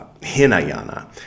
Hinayana